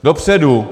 Dopředu!